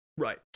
Right